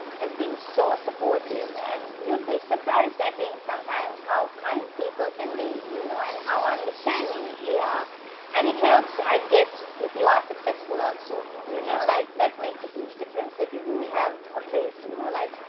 have been so supportive and you'd be surprised i think sometimes how kind people can be you know, and how understanding they are and it helps, i guess, if you are successful also so you know, that that makes a huge difference, that you do have a place you know, like,